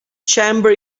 chamber